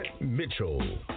Mitchell